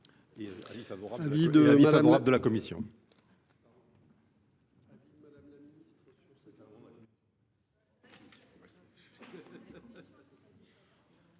un avis favorable de la commission.